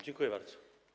Dziękuję bardzo.